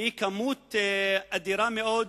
היא כמות אדירה מאוד,